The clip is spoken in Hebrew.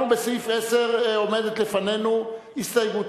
אנחנו בסעיף 10. עומדת לפנינו הסתייגותה